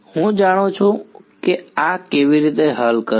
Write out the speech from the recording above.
હું જાણું છું કે આ કેવી રીતે હલ કરવું